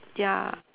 ya